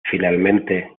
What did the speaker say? finalmente